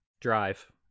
drive